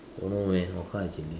don't know man what kind of chili